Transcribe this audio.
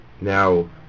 Now